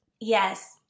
Yes